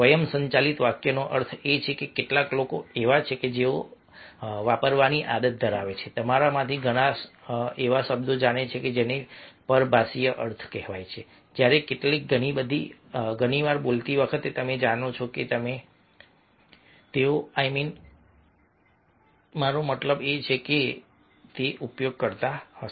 સ્વયંસંચાલિત વાક્યનો અર્થ એ છે કે કેટલાક લોકો એવા છે જે તેઓ વાપરવાની આદત ધરાવે છે તમારામાંથી ઘણા એવા શબ્દો જાણે છે જેને પરભાષાકીય અર્થ કહેવાય છે જ્યારે કેટલીક ઘણી વાર બોલતી વખતે તમે જાણો છો તમે જાણો છો તમે જાણો છો તેઓ I mean I mean I mean I mean I mean I mean મારો મતલબ છે મારો મતલબ છે નો ઉપયોગ કરતા હશે